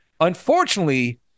Unfortunately